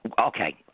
Okay